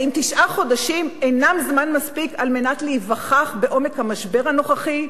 האם תשעה חודשים אינם זמן מספיק על מנת להיווכח בעומק המשבר הנוכחי,